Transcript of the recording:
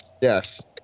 Yes